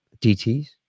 DTS